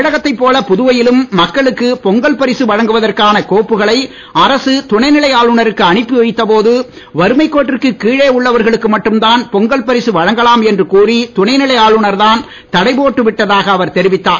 தமிழகத்தைப் போல புதுவையிலும் மக்களுக்கு பொங்கல் பரிசு வழங்குவதற்கான கோப்புக்களை அரசு துணைநிலை ஆளுனருக்கு அனுப்பிவைத்த போது வறுமைக் கோட்டிற்குக் கீழே உள்ளவர்களுக்கு மட்டும்தான் பொங்கல் பரிசு வழங்கலாம் என்று கூறி துணைநிலை ஆளுனர்தான் தடை போட்டு விட்டதாக அவர் தெரிவித்தார்